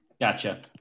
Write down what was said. Gotcha